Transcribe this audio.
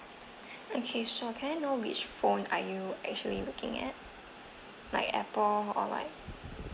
okay so can I know which phone are you actually looking at like apple or like